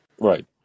Right